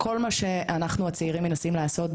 כל מה שאנחנו, הצעירים, מנסים לעשות.